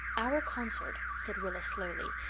our concert, said rilla slowly,